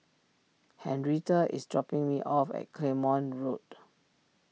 Henrietta is dropping me off at Claymore Road